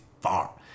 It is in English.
far